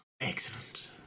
Excellent